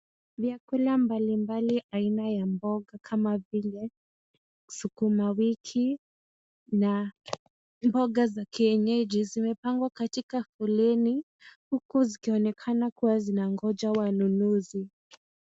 Vyakula mbali mbali vya aina ya mboga kama vile sukuma wiki na mboga za kienyeji zimepangwa katika foleni huku zikionekana kuwa zinangoja wanunuzi.